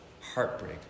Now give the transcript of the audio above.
heartbreak